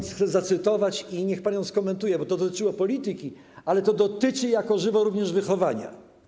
Chcę ją zacytować i niech pan ją skomentuje, bo to dotyczyło polityki, ale to dotyczy, jako żywo, również wychowania.